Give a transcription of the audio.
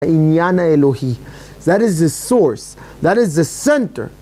העניין האלוהי That is the source, that is the center